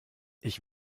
ich